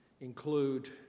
include